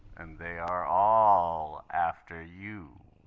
and they are all after you.